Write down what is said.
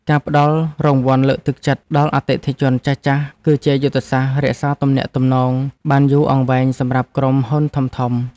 ការផ្តល់រង្វាន់លើកទឹកចិត្តដល់អតិថិជនចាស់ៗ គឺជាយុទ្ធសាស្ត្ររក្សាទំនាក់ទំនងបានយូរអង្វែងសម្រាប់ក្រុមហ៊ុនធំៗ។